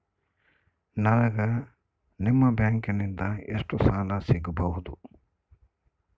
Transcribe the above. ನನಗ ನಿಮ್ಮ ಬ್ಯಾಂಕಿನಿಂದ ಎಷ್ಟು ಸಾಲ ಸಿಗಬಹುದು?